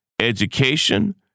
education